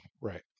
right